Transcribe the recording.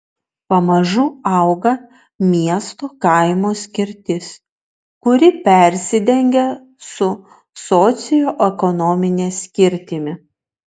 pamažu auga miesto kaimo skirtis kuri persidengia su socioekonomine skirtimi